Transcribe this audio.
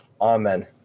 Amen